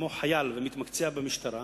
אם הוא חייל ומתמקצע במשטרה,